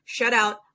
shutout